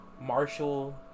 Marshall